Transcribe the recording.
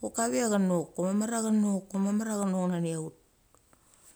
Chock kave chenok, ko mamar ko mamar i a chenok nani aut.